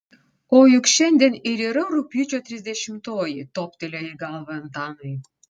o juk šiandien ir yra rugpjūčio trisdešimtoji toptelėjo į galvą antanui